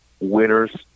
winners